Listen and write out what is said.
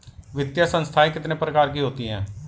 वित्तीय संस्थाएं कितने प्रकार की होती हैं?